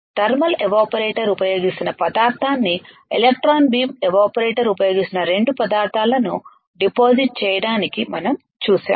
thermal evaporator ఉపయోగిస్తున్న పదార్థాన్ని electron beam evaporator ఉపయోగిస్తున్న 2 పదార్థాలను డిపాజిట్ చేయడానికి మనం చూశాము